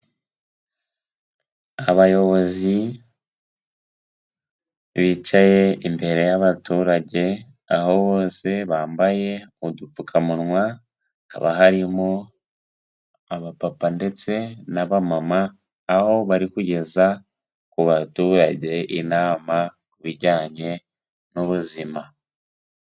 Abayobozi bicaye imbere y'abaturage, aho bose bambaye udupfukamunwa, hakaba harimo abapapa ndetse n'abamama, aho bari kugeza ku baturage inama ku bijyanye n'ubuzima.